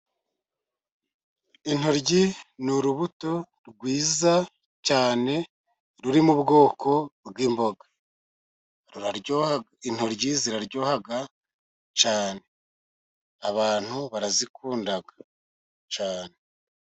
Intoryi ni urubuto rwiza cyane ruri mu bwoko bw'imboga, intoryi ziraryoha cyane abantu barazikunda cyane.